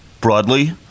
broadly